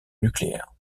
nucléaire